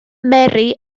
mary